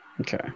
Okay